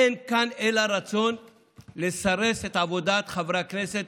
אין כאן אלא רצון לסרס את עבודת חברי הכנסת,